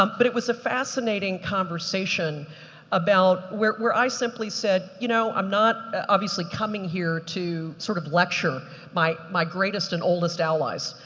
um but it was a fascinating conversation about where where i simply said, you know, i'm not obviously coming here to sort of lecture my my greatest and oldest allies,